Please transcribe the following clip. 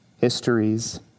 histories